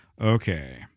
okay